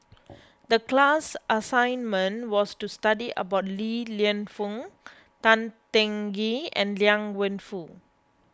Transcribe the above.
the class assignment was to study about Li Lienfung Tan Teng Kee and Liang Wenfu